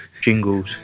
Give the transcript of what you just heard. jingles